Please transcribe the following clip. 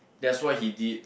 that's what he did